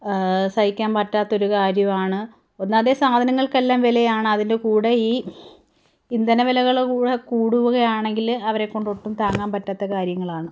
സഹിക്കാൻ പറ്റാത്തൊരു കാര്യമാണ് ഒന്നാമതെ സാധനങ്ങൾക്ക് എല്ലാം വിലയാണ് അതിൻ്റെ കൂടെ ഈ ഇന്ധന വിലകൾ കൂടെ കൂടുകയാണെങ്കിൽ അവരെ കൊണ്ട് ഒട്ടും താങ്ങാൻ പറ്റാത്ത കാര്യങ്ങളാണ്